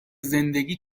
زندگی